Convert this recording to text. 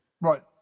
Right